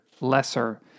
lesser